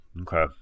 Okay